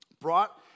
brought